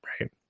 right